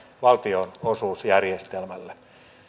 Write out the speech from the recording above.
valtionosuusjärjestelmälle